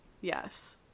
yes